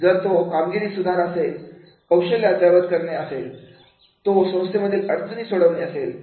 जर तो कामगिरी सुधारणार आहे कौशल्य अद्यावत करणे आहे तो संस्थेतील अडचणी सोडवणे असेल